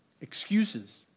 Excuses